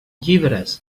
llibres